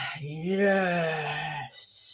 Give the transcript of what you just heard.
yes